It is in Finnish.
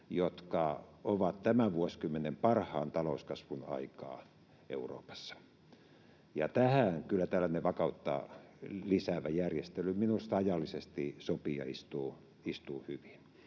jotka ovat tämän vuosikymmenen parhaan talouskasvun aikaa Euroopassa. Ja tähän kyllä tällainen vakautta lisäävä järjestely minusta ajallisesti sopii ja istuu hyvin.